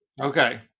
Okay